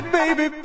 baby